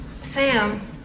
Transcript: Sam